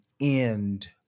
end